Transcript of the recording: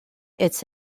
its